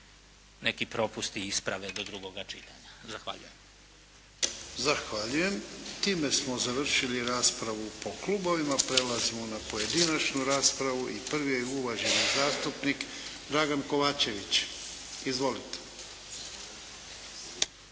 neki propusti isprave do drugoga čitanja. Zahvaljujem. **Jarnjak, Ivan (HDZ)** Zahvaljujem. Time smo završili raspravu po klubovima. Prelazimo na pojedinačnu raspravu i prvi je uvaženi zastupnik Dragan Kovačević. Izvolite.